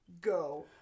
go